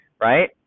right